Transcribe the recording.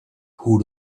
who